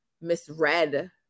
misread